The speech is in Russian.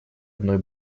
одной